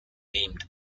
named